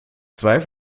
zwei